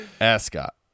Ascot